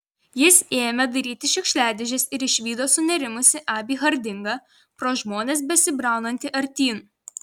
jis ėmė dairytis šiukšliadėžės ir išvydo sunerimusį abį hardingą pro žmones besibraunantį artyn